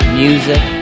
music